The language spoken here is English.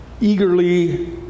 eagerly